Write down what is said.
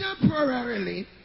temporarily